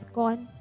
gone